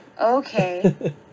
Okay